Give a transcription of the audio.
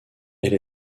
elle